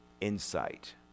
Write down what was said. insight